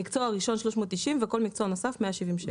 מקצוע ראשון 390 שקלים, וכל מקצוע נוסף 170 שקלים.